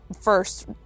first